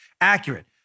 accurate